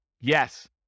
Yes